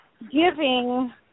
giving